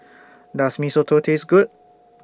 Does Mee Soto Taste Good